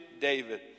David